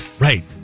right